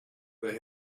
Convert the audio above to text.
they